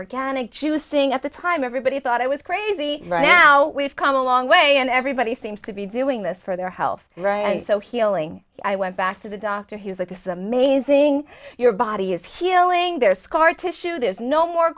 organic she was seeing at the time everybody thought i was crazy right now we've come a long way and everybody seems to be doing this for their health right and so healing i went back to the doctor he's like is amazing your body is healing their scar tissue there's no more